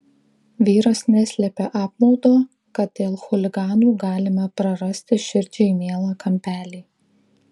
vyras neslėpė apmaudo kad dėl chuliganų galime prarasti širdžiai mielą kampelį